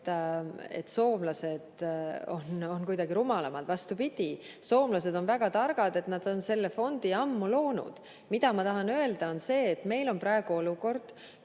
et soomlased on kuidagi rumalamad. Vastupidi, soomlased on väga targad, et nad on selle fondi ammu loonud. Mida ma tahan öelda, on see, et meil on praegu olukord,